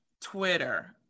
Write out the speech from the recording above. Twitter